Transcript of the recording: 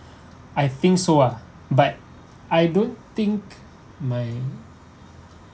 I think so ah but I don't think my